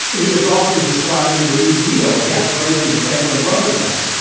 he is often describing the new deal and, yes, praising franklin roosevelt.